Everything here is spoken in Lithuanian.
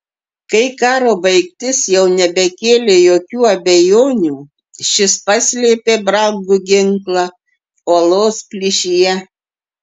kai karo baigtis jau nebekėlė jokių abejonių šis paslėpė brangų ginklą uolos plyšyje